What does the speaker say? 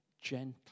gentle